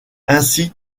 ainsi